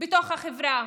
בתוך החברה,